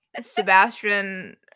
Sebastian